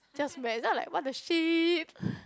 just went then I'm like what the shit